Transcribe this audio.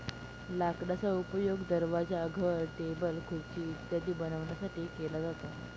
लाकडाचा उपयोग दरवाजा, घर, टेबल, खुर्ची इत्यादी बनवण्यासाठी केला जातो